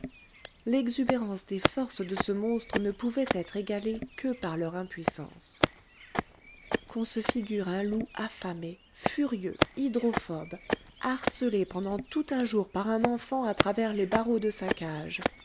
l'exubérance des forces de ce monstre ne pouvait être égalée que par leur impuissance qu'on se figure un loup affamé furieux hydrophobe harcelé pendant tout un jour par un enfant à travers les barreaux de sa case